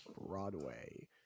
broadway